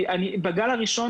בגל הראשון